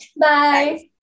Bye